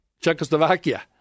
Czechoslovakia